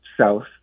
south